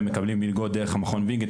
ומקבלים מלגות דרך מכון וינגייט,